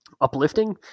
uplifting